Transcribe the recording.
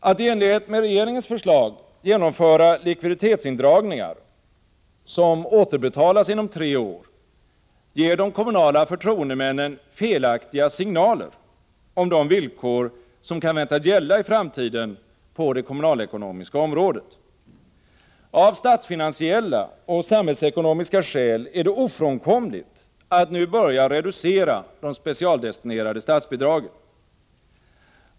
Att i enlighet med regeringens förslag genomföra likviditetsindragningar, som återbetalas inom tre år, ger de kommunala förtroendemännen felaktiga signaler om de villkor som kan väntas gälla i framtiden på det kommunalekonomiska området. Av statsfinansiella och samhällsekonomiska skäl är det ofrånkomligt att nu börja reducera de specialdestinerade statsbidragen.